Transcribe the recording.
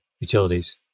utilities